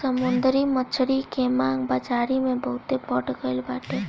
समुंदरी मछरी के मांग बाजारी में बहुते बढ़ गईल बाटे